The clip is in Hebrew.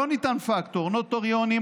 לא ניתן בהן פקטור: נוטריונים,